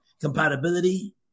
compatibility